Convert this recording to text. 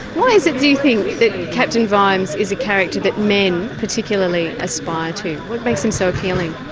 why is it do you think that captain vimes is a character that men particularly aspire to? what makes him so appealing?